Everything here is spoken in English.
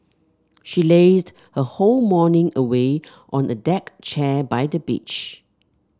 she lazed her whole morning away on a deck chair by the beach